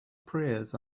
prayers